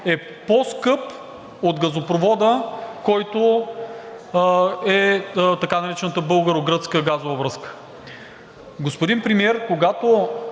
е по-скъп от газопровода, който е така наречената българо-гръцка газова връзка. Господин Премиер, когато